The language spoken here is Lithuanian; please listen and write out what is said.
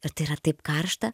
ir tai yra taip karšta